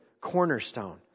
cornerstone